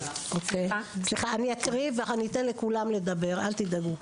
אני אתן לכולם לדבר, אל תדאגו.